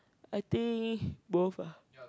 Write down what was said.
I think both ah